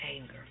anger